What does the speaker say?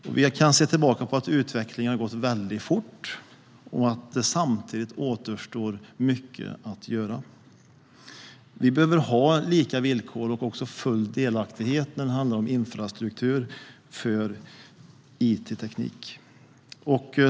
Ser vi tillbaka kan vi se att utvecklingen har gått väldigt fort men att det samtidigt återstår mycket att göra. Vi behöver ha lika villkor och full delaktighet när det handlar om infrastruktur för it.